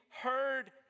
heard